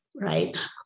right